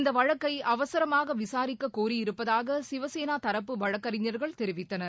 இந்த வழக்கை அவசரமாக விசாரிக்கக்கோரியிருப்பதாக சிவசேனா தரப்பு வழக்கறிஞ ர்கள் தெரிவித்தனர்